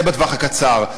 זה בטווח הקצר.